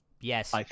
Yes